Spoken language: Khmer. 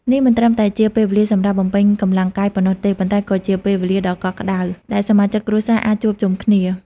នេះមិនត្រឹមតែជាពេលវេលាសម្រាប់បំពេញកម្លាំងកាយប៉ុណ្ណោះទេ ប៉ុន្តែក៏ជាពេលវេលាដ៏កក់ក្តៅដែលសមាជិកគ្រួសារអាចជួបជុំគ្នា។